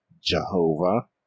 Jehovah